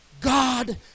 God